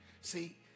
See